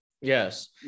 Yes